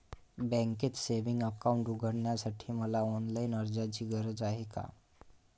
बँकेत savings account उघडण्यासाठी मला ऑनलाईन अर्जाची गरज आहे का?